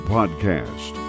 Podcast